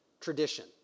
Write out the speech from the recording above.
tradition